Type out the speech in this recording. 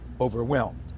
overwhelmed